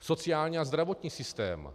Sociální a zdravotní systém.